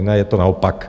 Ne, je to naopak.